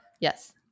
yes